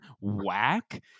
whack